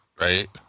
right